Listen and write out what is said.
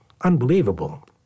unbelievable